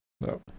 no